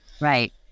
Right